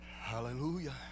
hallelujah